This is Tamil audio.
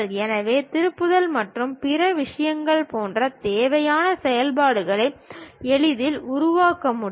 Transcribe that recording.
எனவே திருப்புதல் மற்றும் பிற விஷயங்கள் போன்ற தேவையான செயல்பாடுகளை எளிதில் உருவாக்க முடியும்